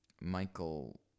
Michael